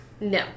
No